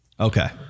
Okay